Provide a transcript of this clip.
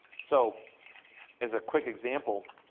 so as a quick example,